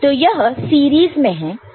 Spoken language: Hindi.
तो यह सीरीज में है